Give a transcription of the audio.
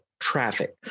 traffic